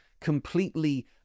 completely